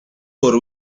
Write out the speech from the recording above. for